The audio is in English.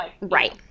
Right